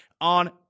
on